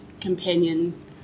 companion